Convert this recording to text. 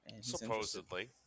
Supposedly